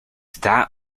that